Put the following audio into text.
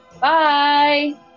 Bye